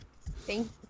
Thank